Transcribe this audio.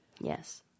Yes